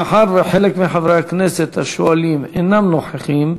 מאחר שחלק מחברי הכנסת השואלים אינם נוכחים,